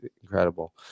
incredible